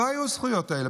לא היו הזכויות האלה.